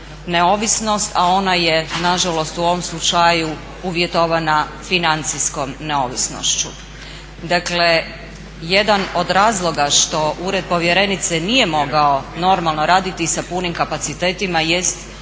neovisnost, a ona je na žalost u ovom slučaju uvjetovana financijskom neovisnošću. Dakle, jedan od razloga što Ured povjerenice nije mogao normalno raditi sa punim kapacitetima jest